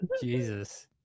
jesus